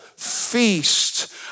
feast